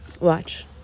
Watch